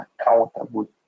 accountable